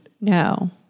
No